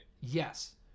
yes